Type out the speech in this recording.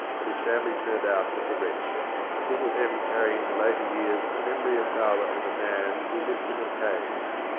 and his family turned out with the rest little em carrying into later years a memory of father as a man who lived in a cage.